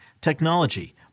technology